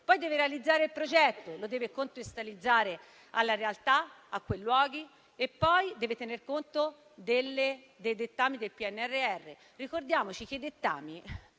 poi deve realizzare il progetto, lo deve contestualizzare rispetto alla realtà e ai luoghi e infine deve tener conto dei dettami del PNRR. Ricordiamoci che i dettami